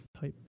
type